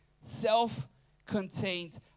Self-contained